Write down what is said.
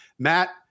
Matt